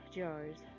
jars